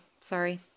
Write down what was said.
sorry